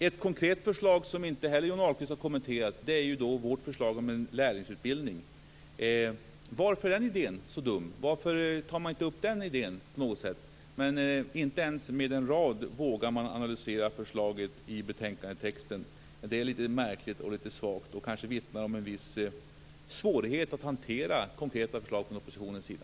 En konkret åtgärd, som Johnny Ahlqvist inte heller har kommenterat, är vårt förslag om en lärlingsutbildning. Varför är den idén så dum? Varför tar man inte på något sätt upp den? Man vågar inte ens med en rad analysera förslaget i betänkandetexten. Det är lite svagt och märkligt och vittnar kanske om viss svårighet att hantera konkreta förslag från oppositionens sida.